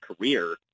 career